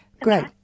Great